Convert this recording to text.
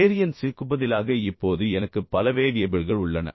வேரியன்ஸிற்கு பதிலாக இப்போது எனக்கு பல வேறியபிள்கள் உள்ளன